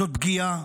זאת פגיעה